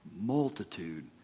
multitude